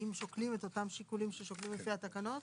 האם שוקלים את אותם שיקולים ששוקלים לפי התקנות?